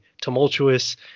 tumultuous